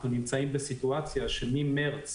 אנחנו נמצאים בסיטואציה שממרץ